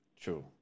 True